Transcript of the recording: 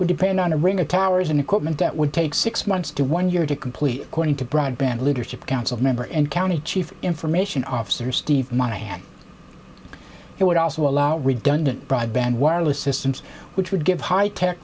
would depend on a ring of towers and equipment that would take six months to one year to complete according to broadband leadership council member and county chief information officer steve monaghan it would also allow redundant broadband wireless systems which would give high tech